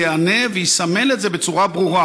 ייענה ויסמל את זה בצורה ברורה,